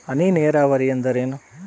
ಹನಿ ನೇರಾವರಿ ಎಂದರೇನು?